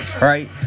right